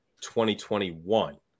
2021